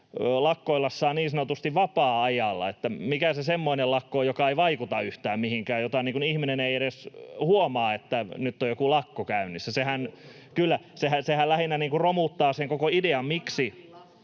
lakkoilla saa niin sanotusti vapaa-ajalla. Mikä se semmoinen lakko on, joka ei vaikuta yhtään mihinkään ja josta ihminen ei edes huomaa, että nyt on joku lakko käynnissä. [Johannes Koskinen: